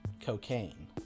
cocaine